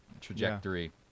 trajectory